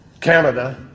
Canada